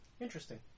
Interesting